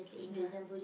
ya